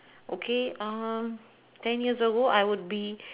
okay uh ten years ago I would be